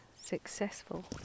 successful